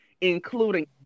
including